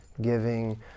giving